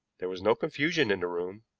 there was no confusion in the room,